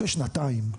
אחרי שנתיים.